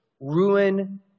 ruin